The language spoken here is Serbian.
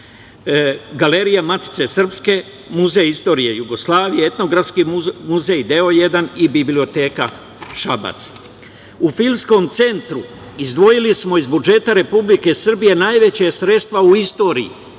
Galerija Matice Srpske, Muzej istorije Jugoslavije, Etnografski muzej, deo jedan, i Biblioteka Šabac.U Filskom centru izdvojili smo iz budžeta Republike Srbije najveća sredstva u istoriji